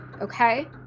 Okay